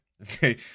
okay